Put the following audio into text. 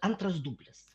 antras dublis